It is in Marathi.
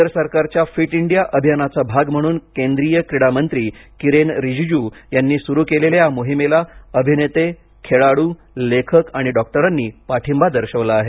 केंद्र सरकारच्या फिट इंडिया अभियानाचा भाग म्हणून केंद्रीय क्रीडा मंत्री किरेन रीजिजू यांनी सुरू या मोहिमेला अभिनेते खेळाडू लेखक आणि डॉक्टरांनी पाठींबा दर्शवला आहे